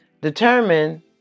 Determine